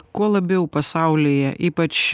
kuo labiau pasaulyje ypač